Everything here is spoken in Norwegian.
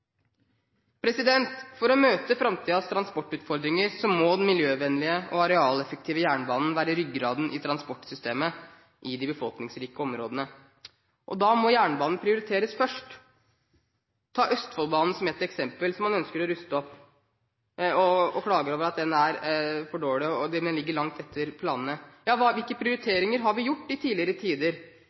For å møte framtidens transportutfordringer må den miljøvennlige og arealeffektive jernbanen være ryggraden i transportsystemet i de befolkningsrike områdene. Da må jernbanen prioriteres først. Ta Østfoldbanen som et eksempel på en strekning man ønsker å ruste opp. Man klager over at den er for dårlig, og at man ligger langt etter planene. Hvilke prioriteringer har vi gjort i tidligere tider?